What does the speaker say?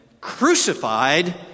crucified